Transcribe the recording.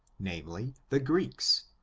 namely, the greeks,